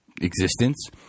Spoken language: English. existence